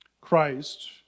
Christ